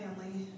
family